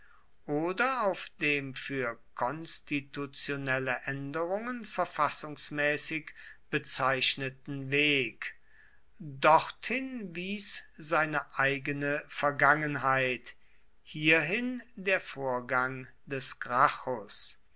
oder auf dem für konstitutionelle änderungen verfassungsmäßig bezeichneten weg dorthin wies seine eigene vergangenheit hierin der vorgang des